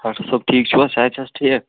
doctor صٲب ٹھیٖک چھُو حظ صحت چھِ حظ ٹھیٖک